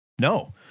No